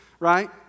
right